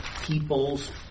peoples